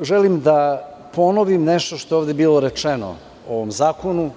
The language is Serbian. želim da ponovim nešto što je ovde bilo rečeno o ovom zakonu.